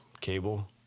Cable